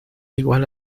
igual